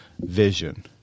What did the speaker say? vision